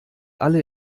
alle